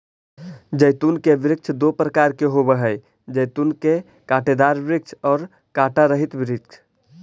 जैतून के वृक्ष दो प्रकार के होवअ हई जैतून के कांटेदार वृक्ष और कांटा रहित वृक्ष